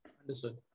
Understood